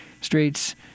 streets